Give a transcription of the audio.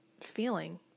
feeling